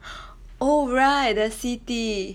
oh right there's C_T